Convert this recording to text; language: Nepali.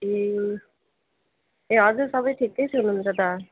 ए ए हजुर सबै ठिकै हुनुहुन्छ त